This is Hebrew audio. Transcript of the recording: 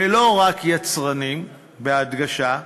ולא רק יצרנים, בהדגשה,